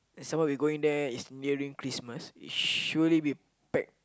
some more we going there is nearing Christmas it surely be packed